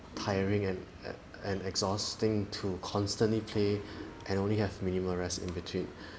tiring and and exhausting to constantly play and only have minimal rest in between